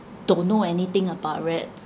don't know anything about it